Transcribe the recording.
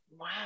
Wow